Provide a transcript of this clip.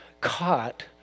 caught